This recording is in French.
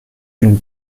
une